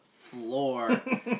floor